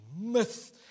myth